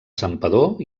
santpedor